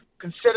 consider